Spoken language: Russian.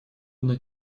одна